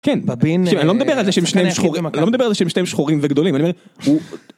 כן בבין שני שחורים שחורים וגדולים.